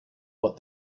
what